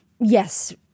yes